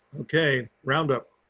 okay round up,